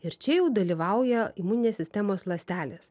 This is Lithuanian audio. ir čia jau dalyvauja imuninės sistemos ląstelės